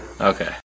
Okay